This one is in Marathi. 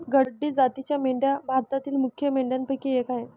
गड्डी जातीच्या मेंढ्या भारतातील मुख्य मेंढ्यांपैकी एक आह